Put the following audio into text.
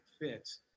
fits